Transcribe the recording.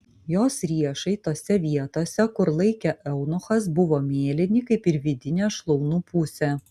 jos riešai tose vietose kur laikė eunuchas buvo mėlyni kaip ir vidinė šlaunų pusė